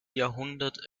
jahrhundert